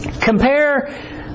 Compare